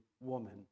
woman